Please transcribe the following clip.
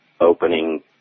opening